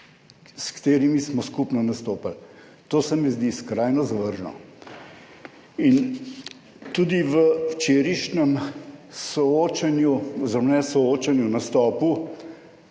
s katerimi smo skupno nastopali. To se mi zdi skrajno zavržno. In tudi v včerajšnjem soočenju oziroma